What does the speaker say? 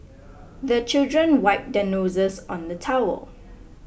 the children wipe their noses on the towel